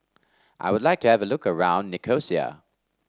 I would like to have a look around Nicosia